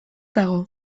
dago